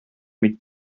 mit